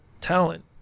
talent